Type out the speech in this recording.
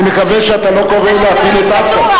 אני מקווה שאתה לא קורא להפיל את אסד.